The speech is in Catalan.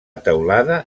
teulada